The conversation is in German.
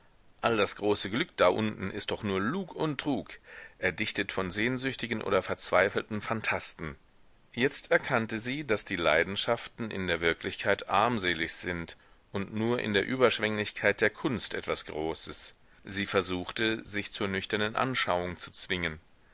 all das große glück da unten ist doch nur lug und trug erdichtet von sehnsüchtigen oder verzweifelten phantasten jetzt erkannte sie daß die leidenschaften in der wirklichkeit armselig sind und nur in der überschwenglichkeit der kunst etwas großes sie versuchte sich zur nüchternen anschauung zu zwingen